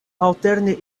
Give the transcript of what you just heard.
alterne